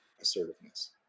assertiveness